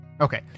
Okay